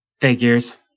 Figures